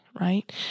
right